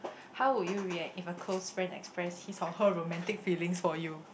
how would you react if a close friend express his or her romantic feelings for you